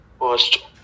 first